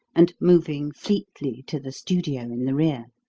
and moving fleetly to the studio in the rear.